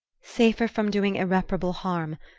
safer from doing irreparable harm.